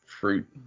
fruit